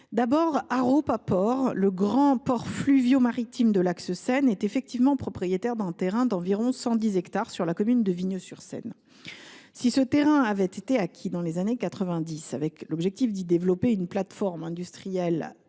Haropa Port, le grand port fluviomaritime de l’axe Seine, est en effet propriétaire d’un terrain d’environ 110 hectares sur la commune de Vigneux sur Seine, dans l’Essonne. Si ce terrain avait été acquis dans les années 1990 avec l’objectif d’y développer une plateforme industrielle